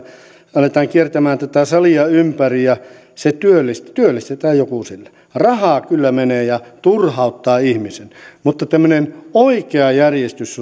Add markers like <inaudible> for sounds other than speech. aletaan kiertämään tätä salia ympäri ja työllistetään joku sillä rahaa kyllä menee ja se turhauttaa ihmisen mutta jos tämmöinen oikea järjestys <unintelligible>